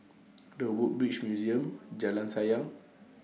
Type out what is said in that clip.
The Woodbridge Museum Jalan Sayang